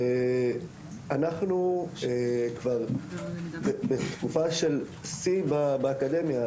אנחנו כבר בתקופה של שיא באקדמיה,